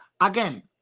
again